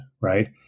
right